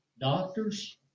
doctors